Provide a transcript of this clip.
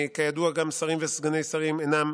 כידוע שרים וסגני שרים גם אינם